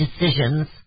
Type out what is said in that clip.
decisions